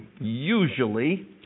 Usually